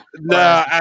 No